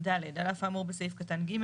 "(ד) על אף האמור בסעיף קטן (ג),